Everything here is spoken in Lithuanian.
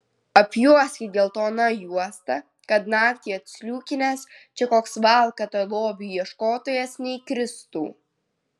apjuoskit geltona juosta kad naktį atsliūkinęs čia koks valkata lobių ieškotojas neįkristų